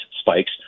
spikes –